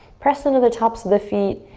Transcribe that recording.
press into the tops of the feet.